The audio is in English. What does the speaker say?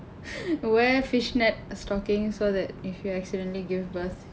wear fishnet stocking so that if you accidentally give birth